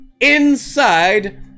inside